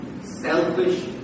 selfish